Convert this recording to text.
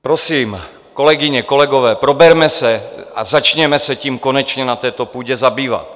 Prosím, kolegyně, kolegové, proberme se a začněme se tím konečně na této půdě zabývat.